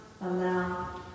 allow